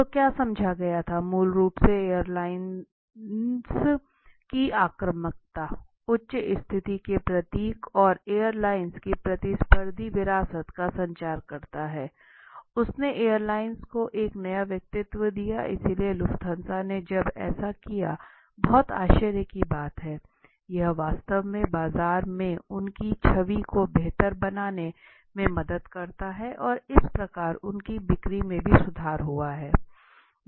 तो क्या समझाया गया था मूल रूप से एयरलाइनों की आक्रामकता उच्च स्थिति के प्रतीक और एयरलाइन की प्रतिस्पर्धी विरासत का संचार करता था उसने एयरलाइंस को एक नया व्यक्तित्व दिया है इसलिए लुफ्थांसा ने जब ऐसा किया था बहुत आश्चर्य की बात है कि यह वास्तव में बाजार में उनकी छवि को बेहतर बनाने में मदद करता है और इस प्रकार उनकी बिक्री में भी सुधार हुआ है